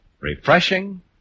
refreshing